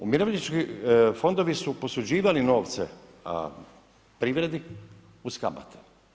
Umirovljenički fondovi su posuđivali novce privredi uz kamate.